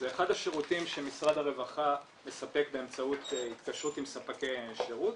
זה אחד השירותים שמשרד הרווחה מספק באמצעות התקשרות עם ספקי שירות.